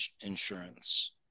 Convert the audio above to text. insurance